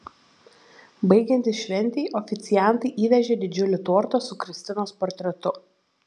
baigiantis šventei oficiantai įvežė didžiulį tortą su kristinos portretu